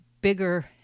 bigger